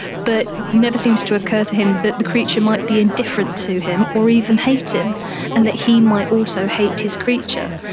but it never seems to occur to him that the creature might be indifferent to him or even hate him and that he might also hate his creature.